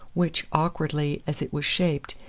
which, awkwardly as it was shaped,